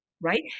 right